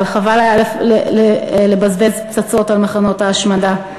אבל חבל היה לבזבז פצצות על מחנות ההשמדה.